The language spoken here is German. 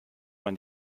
man